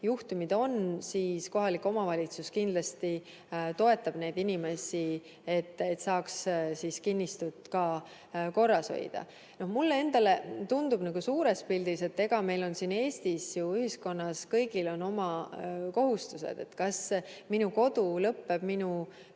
juhtumid on, siis kohalik omavalitsus kindlasti toetab neid inimesi, et nad saaks kinnistut korras hoida. Mulle endale tundub suures pildis, et meil siin Eesti ühiskonnas on ju kõigil oma kohustused. Kas minu kodu lõpeb minu